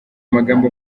magambo